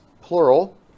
plural